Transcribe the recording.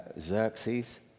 Xerxes